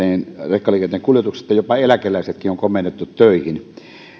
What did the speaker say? rekkaliikenteen kuljetuksissa jopa eläkeläisetkin on komennettu töihin